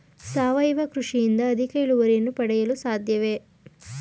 ಸಾವಯವ ಕೃಷಿಯಿಂದ ಅಧಿಕ ಇಳುವರಿಯನ್ನು ಪಡೆಯಲು ಸಾಧ್ಯವೇ?